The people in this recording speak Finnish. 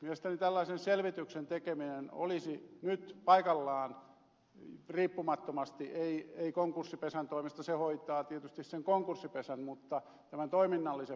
mielestäni tällaisen selvityksen tekeminen olisi nyt paikallaan riippumattomasti ei konkurssipesän toimesta se hoitaa tietysti sen konkurssipesän tästä toiminnallisesta puolesta